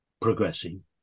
progressing